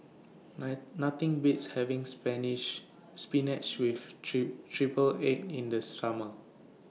Nothing Beats having Spanish Spinach with Tree Triple Egg in The Summer